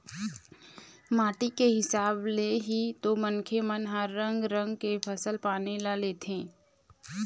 माटी के हिसाब ले ही तो मनखे मन ह रंग रंग के फसल पानी ल लेथे